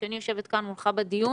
כשאני יושבת כאן מולך בדיון,